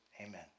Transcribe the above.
Amen